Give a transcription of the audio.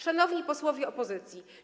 Szanowni Posłowie Opozycji!